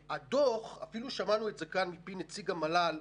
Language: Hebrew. אפילו שמענו כאן מפי נציג המל"ל,